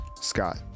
Scott